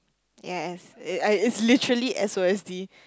yes it as literally S_O_S_D